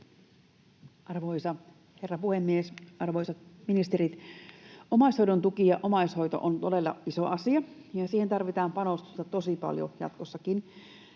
Arvoisa herra puhemies, arvoisat ministerit! Omaishoidon tuki ja omaishoito on todella iso asia, ja siihen tarvitaan panostusta tosi paljon jatkossakin.